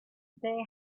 they